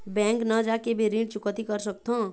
Bank न जाके भी ऋण चुकैती कर सकथों?